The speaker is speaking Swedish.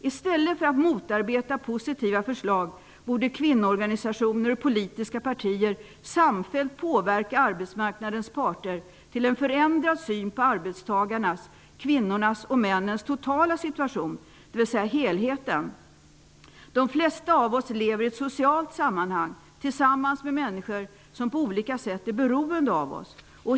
I stället för att motarbeta positiva förslag borde kinnoorganisationer och politiska partier samfällt påverka arbetsmarknadens parter till en förändrad syn på arbetstagarnas, kvinnornas och männens totala situation, dvs. helheten. De flesta av oss lever i ett socialt sammanhang tillsammans med människor som på olika sätt är beroende av oss.